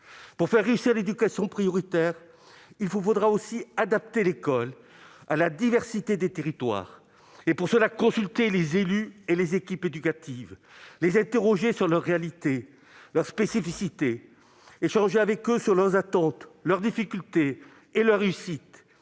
Pour faire réussir l'éducation prioritaire, il vous faudra aussi adapter l'école à la diversité des territoires et, pour cela, consulter les élus et les équipes éducatives, en les interrogeant sur leur réalité, leur spécificité, en échangeant avec eux sur leurs attentes, leurs difficultés et leurs réussites,